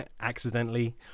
accidentally